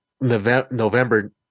November